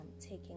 taking